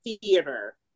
theater